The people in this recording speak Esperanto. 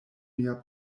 mia